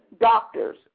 doctors